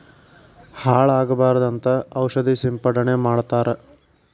ಹಾಳ ಆಗಬಾರದಂತ ಔಷದ ಸಿಂಪಡಣೆ ಮಾಡ್ತಾರ